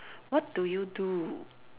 what do you do